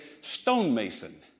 stonemason